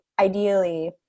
ideally